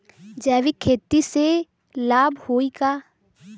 जैविक खेती से लाभ होई का?